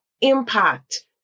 impact